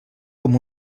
com